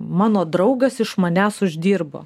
mano draugas iš manęs uždirbo